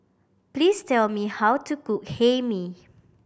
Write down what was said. please tell me how to cook Hae Mee